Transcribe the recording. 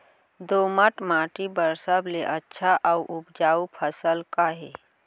दोमट माटी बर सबले अच्छा अऊ उपजाऊ फसल का हे?